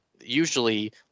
usually